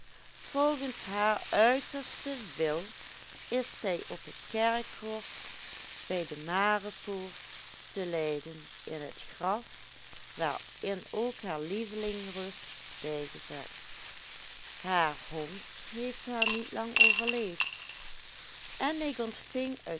volgens haar uitersten wil is zij op het kerkhof bij de marepoort te leiden in het graf waarin ook haar lieveling rust bijgezet haar hond heeft haar niet lang overleefd en ik ontving